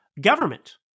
government